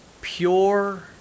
pure